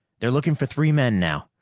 they're looking for three men now.